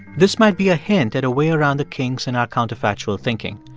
this might be a hint at a way around the kinks in our counterfactual thinking.